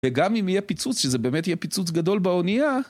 וגם אם יהיה פיצוץ, שזה באמת יהיה פיצוץ גדול באונייה...